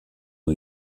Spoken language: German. new